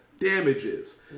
damages